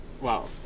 wow